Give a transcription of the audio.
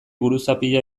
buruzapia